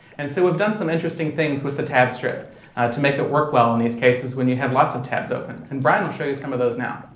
and so we've done some interesting things with the tab strip to make it work well in these cases when you have lots of tabs open. and brian will show you some of those now.